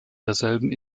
derselben